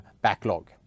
backlog